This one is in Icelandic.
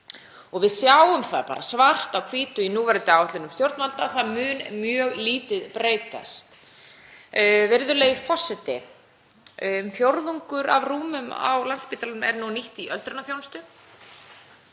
Við sjáum það bara svart á hvítu í núverandi áætlunum stjórnvalda að það mun mjög lítið breytast. Virðulegi forseti. Um fjórðungur af rúmum á Landspítalanum er nú nýttur í öldrunarþjónustu.